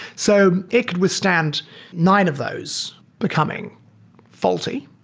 so it could withstand nine of those becoming faulty